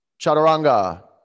Chaturanga